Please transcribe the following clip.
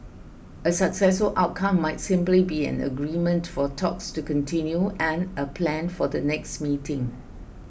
a successful outcome might simply be an agreement for talks to continue and a plan for the next meeting